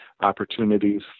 opportunities